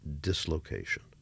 dislocation